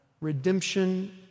redemption